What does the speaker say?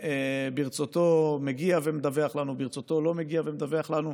שברצותו מגיע ומדווח לנו וברצותו לא מגיע ומדווח לנו.